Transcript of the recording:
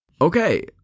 Okay